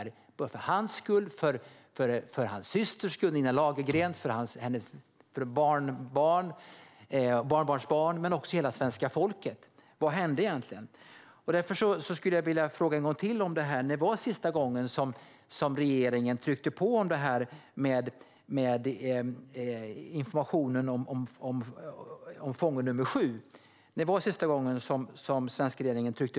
Det är för hans skull, för hans syster Nina Lagergrens skull, för hennes barnbarns och barnbarnsbarns skull men också för hela svenska folkets skull. Vad hände egentligen? Därför skulle jag vilja fråga en gång till: När var sista gången som regeringen tryckte på den ryska regeringen om detta med informationen om fånge nr 7?